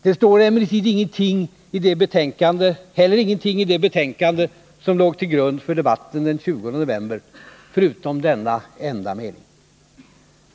Det står heller ingenting om det i det betänkande som låg till grund för debatten den 20 november, förutom denna enda mening.